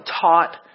taught